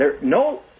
No